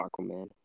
Aquaman